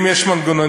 אם יש מנגנונים,